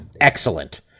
excellent